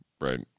Right